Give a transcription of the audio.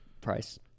Price